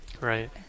Right